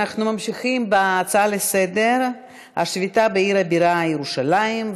אנחנו ממשיכים בהצעות לסדר-היום בנושא: השביתה בעיר הבירה ירושלים,